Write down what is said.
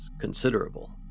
considerable